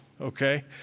Okay